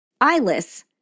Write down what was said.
eyeless